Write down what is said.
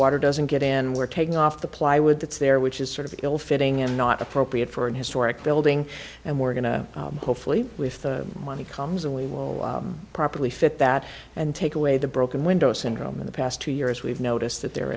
water doesn't get in we're taking off the plywood that's there which is sort of ill fitting and not appropriate for an historic building and we're going to hopefully with the money comes in we will properly fit that and take away the broken window syndrome in the past two years we've noticed that there